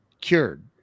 cured